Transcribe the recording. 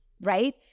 Right